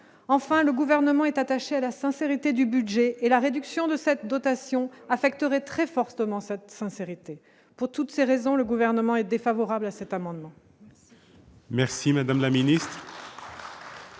enfin, le gouvernement est attaché à la sincérité du budget et la réduction de sa dotation affecterait très fortement cette sincérité pour toutes ces raisons, le gouvernement est défavorable à cet amendement.